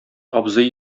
абзый